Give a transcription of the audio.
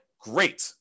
great